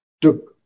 took